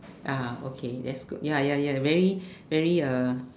ah okay that's good ya ya very very uh